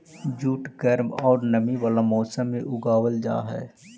jute गर्म औउर नमी वाला मौसम में उगावल जा हई